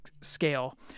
scale